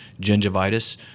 gingivitis